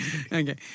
Okay